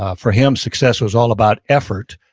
ah for him, success was all about effort,